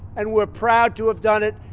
and we're proud to have done it.